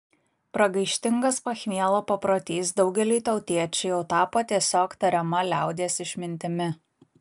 pragaištingas pachmielo paprotys daugeliui tautiečių jau tapo tiesiog tariama liaudies išmintimi